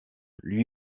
lui